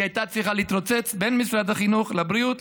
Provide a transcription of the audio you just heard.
היא הייתה צריכה להתרוצץ בין משרד החינוך לבריאות,